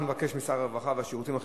אנחנו נבקש משר הרווחה והשירותים החברתיים,